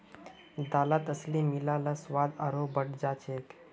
दालत अलसी मिला ल स्वाद आरोह बढ़ जा छेक